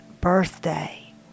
birthday